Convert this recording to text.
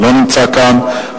לא נמצא כאן,